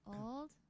old